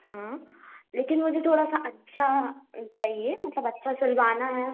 हाँ लेकिन मुझे थोड़ा सा अच्छा चाहिए मतलब अच्छा सिलवाना है